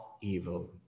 evil